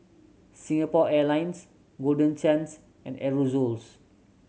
Singapore Airlines Golden Chance and Aerosoles